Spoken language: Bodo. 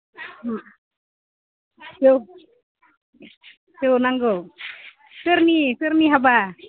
जौ जौ नांगौ सोरनि सोरनि हाबा